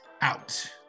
out